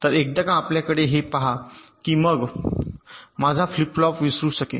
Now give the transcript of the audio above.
तर एकदा का आपल्याकडे हे पहा की मग मी माझा फ्लिप फ्लॉप विसरू शकेन